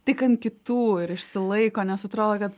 tik ant kitų ir išsilaiko nes atrodo kad